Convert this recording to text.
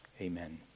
Amen